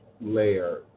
layer